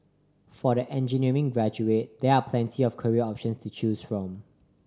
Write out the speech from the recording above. for the engineering graduate there are plenty of career options to choose from